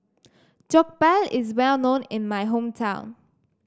Jokbal is well known in my hometown